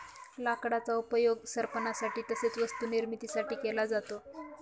लाकडाचा उपयोग सरपणासाठी तसेच वस्तू निर्मिती साठी केला जातो